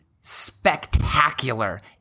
spectacular